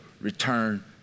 return